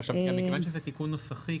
כיוון שזה תיקון נוסחי,